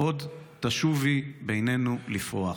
/ את תשובי בינינו לפרוח".